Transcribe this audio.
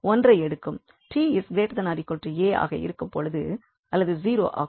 𝑡 ≥ 𝑎 ஆக இருக்கும் பொழுது அல்லது 0 ஆகும்